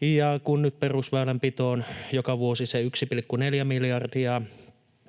Ja kun nyt perusväylänpitoon joka vuosi se 1,4 miljardia